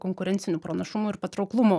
konkurencinių pranašumų ir patrauklumų